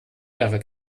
lehrer